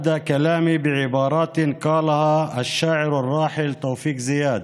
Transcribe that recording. כואבת זו אתחיל את נאומי במילותיו של המשורר המנוח תאופיק זיאד: